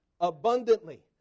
abundantly